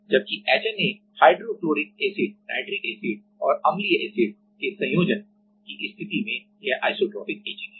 जबकि HNA hydrofluoric acid nitric acid और अम्लीय एसिड के संयोजन की स्थिति में यह आइसोट्रोपिक इचिंग है